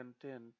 content